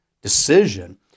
decision